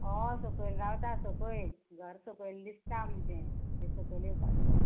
हय सकयल रावता सकयल घर सकयल दिसता आमचें तें सकयल येवपाचो